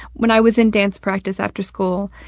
when i was in dance practice after school,